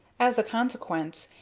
as a consequence,